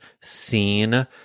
seen